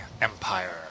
Empire